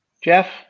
Jeff